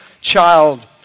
child